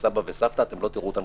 לסבא ולסבתא אתם לא תראו את הנכדים.